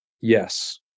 Yes